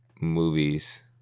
movies